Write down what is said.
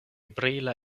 brila